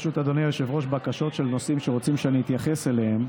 היושב-ראש, בקשות של נושאים שרוצים שאתייחס אליהם,